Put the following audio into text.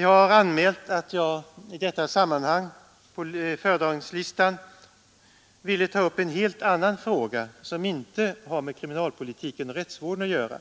Jag har anmält att jag också vill ta upp en helt annan fråga, som inte har med kriminalpolitiken och rättsvården att göra